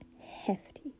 Hefty